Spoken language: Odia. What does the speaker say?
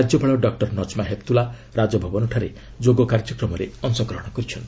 ରାଜ୍ୟପାଳ ଡକ୍ଟର ନକ୍ମା ହେପ୍ତୁଲ୍ଲା ରାଜଭବନଠାରେ ଯୋଗ କାର୍ଯ୍ୟକ୍ରମରେ ଅଂଶଗ୍ରହଣ କରିଛନ୍ତି